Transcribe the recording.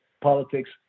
politics